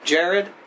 Jared